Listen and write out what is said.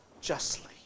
justly